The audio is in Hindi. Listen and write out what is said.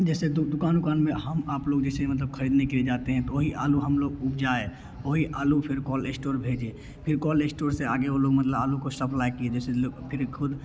जैसे दू दुकान उकान में हम आप लोग जैसे मतलब ख़रीदने के लिए जाते हैं तो वही आलू हम लोग उपजाएँ वही आलू फिर कॉल इश्टोर भेजें फिर कॉल इश्टोर से आगे ओ लोग मतलब आलू को शप्लाए किए जैसे लो फिर ख़ुद